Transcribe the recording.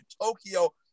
Tokyo